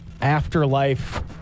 afterlife